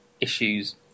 issues